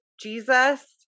Jesus